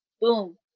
boom